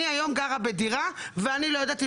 אני היום גרה בדירה ואני לא יודעת אם